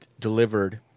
delivered